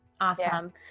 awesome